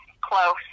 close